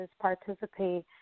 participate